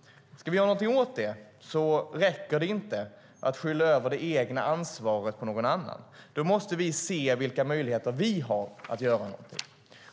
Om vi ska göra något åt detta räcker det inte att skylla över det egna ansvaret på någon annan. Då måste vi se vilka möjligheter vi har att göra någonting.